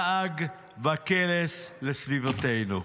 לעג וקלס בסביבתנו.